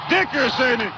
Dickerson